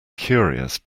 curious